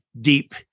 deep